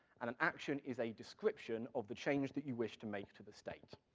and an action is a description of the change that you wish to make to the state.